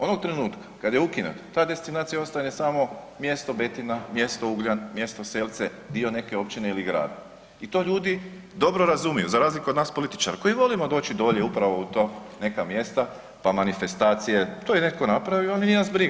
Onog trenutka kad je ukinete, ta destinacija ostaje, ne samo mjesto Betina, mjesto Ugljan, mjesto Selce, dio neke općine ili grada i to ljudi dobro razumiju, za razliku od nas političara koji volimo doći dolje upravo u to neka mjesta, pa manifestacije, to je netko napravio, ali nije nas briga.